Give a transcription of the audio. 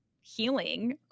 healing